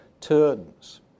turns